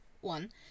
one